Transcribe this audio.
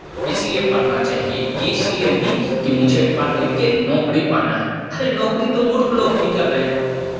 इसलिए पढ़ना चाहिए इसलिए नहीं कि मुझे पढ़ लिख के नौकरी पाना है अरे नौकरी तो मूर्ख लोग भी कर रहे हैं